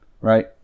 right